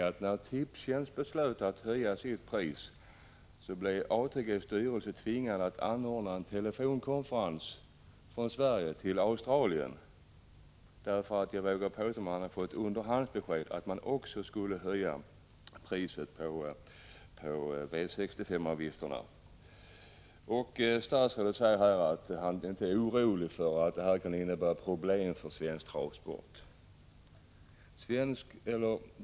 Men när Tipstjänst beslutade höja sitt radpris blev egendomligt nog ATG:s styrelse tvingad att anordna en telefonkonferens mellan Sverige och Australien, därför att man från huvudmannen fått underhandsbesked om att man också skulle höja priset på V65-avgifterna. Statsrådet säger att han inte är orolig för att detta kan medföra problem för svensk travsport.